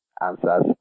answers